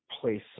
place